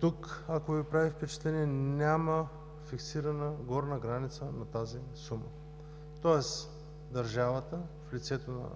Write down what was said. Тук, ако Ви прави впечатление, няма фиксирана горна граница на тази сума. Тоест държавата, в лицето на